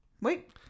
wait